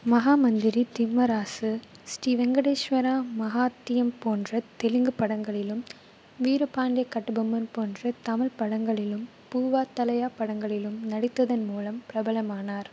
மஹாமந்திரி திம்மராசு ஸ்ரீ வெங்கடேஸ்வரா மகாத்தியம் போன்ற தெலுங்குப் படங்களிலும் வீரபாண்டிய கட்டபொம்மன் போன்ற தமிழ்ப் படங்களிலும் பூவாத்தலையா படங்களிலும் நடித்ததன் மூலம் பிரபலமானார்